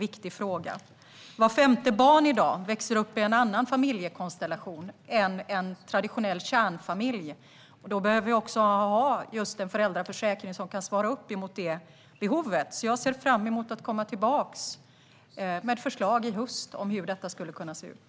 Vart femte barn växer i dag upp i en annan familjekonstellation än en traditionell kärnfamilj. Då behöver vi också ha en föräldraförsäkring som kan svara upp mot detta behov. Jag ser fram emot att komma tillbaka med förslag i höst om hur detta skulle kunna se ut.